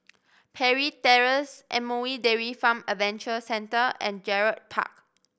Parry Terrace M O E Dairy Farm Adventure Centre and Gerald Park